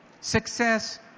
success